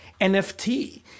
NFT